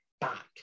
back